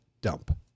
dump